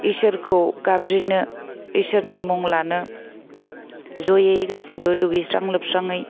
इसोरखौ गाबज्रिनो इसोरनि मुं लानो जयै गासैबो दुगैस्रां लोबस्राङै